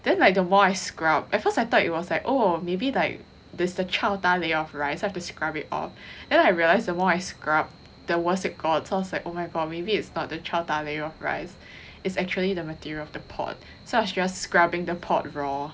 then like the more I scrub at first I thought it was like oh maybe like there's the chaoda layer of rice so I have to scrub it off and I realized the more I scrub it wasn't gone so I was like oh my god maybe it's not the chaoda layer of rice it's actually the material of the pot so I was just scrubbing the pot raw